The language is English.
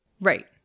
Right